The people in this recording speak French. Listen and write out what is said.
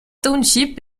township